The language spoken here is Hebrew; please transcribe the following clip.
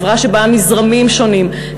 חברה שבאה מזרמים שונים,